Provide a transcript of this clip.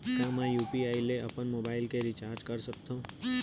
का मैं यू.पी.आई ले अपन मोबाइल के रिचार्ज कर सकथव?